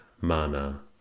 Mana